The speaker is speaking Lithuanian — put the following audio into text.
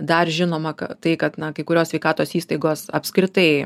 dar žinoma tai kad na kai kurios sveikatos įstaigos apskritai